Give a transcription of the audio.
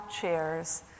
chairs